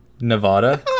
nevada